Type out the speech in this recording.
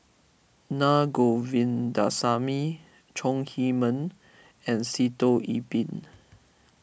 Na Govindasamy Chong Heman and Sitoh Yih Pin